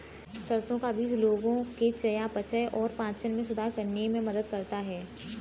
सरसों का बीज लोगों के चयापचय और पाचन में सुधार करने में मदद करता है